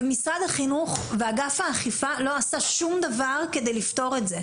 ומשרד החינוך ואגף האכיפה לא עשה שום דבר כדי לפתור את זה,